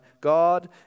God